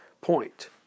Point